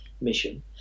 mission